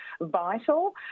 vital